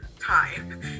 time